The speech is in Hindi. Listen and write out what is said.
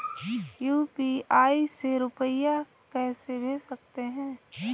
यू.पी.आई से रुपया कैसे भेज सकते हैं?